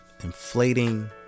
inflating